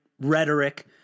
rhetoric